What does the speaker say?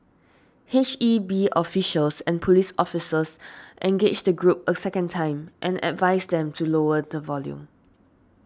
H E B officials and police officers engaged the group a second time and advised them to lower the volume